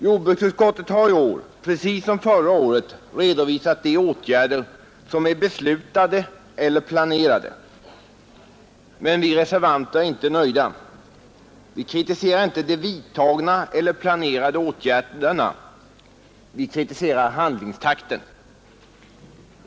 Jordbruksutskottet har i år precis som förra året redovisat de åtgärder som är beslutade eller planerade, men vi reservanter är inte nöjda, Vi kritiserar inte de vidtagna eller planerade åtgärderna, vi kritiserar handlingstakten.